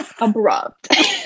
abrupt